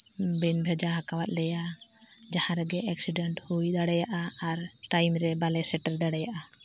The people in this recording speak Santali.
ᱵᱮᱱ ᱵᱷᱮᱡᱟ ᱠᱟᱜ ᱞᱮᱭᱟ ᱡᱟᱦᱟᱸ ᱨᱮᱜᱮ ᱮᱠᱥᱤᱰᱮᱱᱴ ᱦᱩᱭ ᱫᱟᱲᱮᱭᱟᱜᱼᱟ ᱟᱨ ᱴᱟᱭᱤᱢ ᱨᱮ ᱵᱟᱞᱮ ᱥᱮᱴᱮᱨ ᱫᱟᱲᱮᱭᱟᱜᱼᱟ